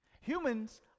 Humans